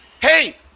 hey